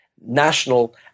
national